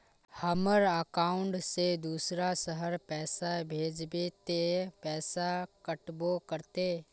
हमर अकाउंट से दूसरा शहर पैसा भेजबे ते पैसा कटबो करते?